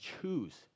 choose